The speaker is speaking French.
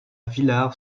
villard